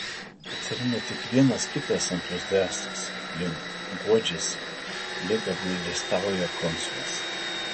atsiranda tik vienas kitas entuziastas lyg guodžiasi lyg apgailestauja konsulas